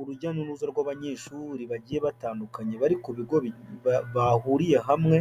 Urujya n'uruza rw'abanyeshuri bagiye batandukanye bari ku bigo bahuriye hamwe,